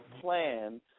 plan